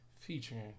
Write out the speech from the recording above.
Featuring